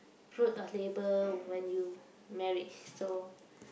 fruit of labour when you married so